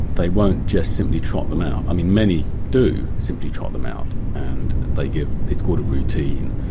they won't just simply trot them out. i mean, many do simply trot them out and they give, it's called a routine,